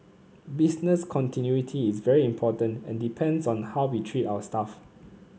business continuity is very important and depends on how we treat our staff